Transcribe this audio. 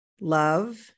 love